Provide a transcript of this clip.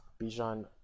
Bijan